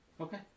Okay